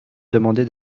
demander